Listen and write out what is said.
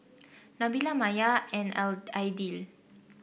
Nabila Maya and Aild Aidil